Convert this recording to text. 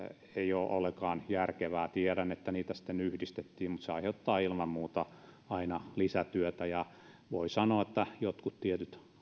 ole ollenkaan järkevää tiedän että niitä sitten yhdistettiin mutta se aiheuttaa ilman muuta aina lisätyötä voi sanoa että jotkut tietyt